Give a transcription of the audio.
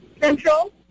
Central